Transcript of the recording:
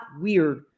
weird